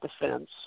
defense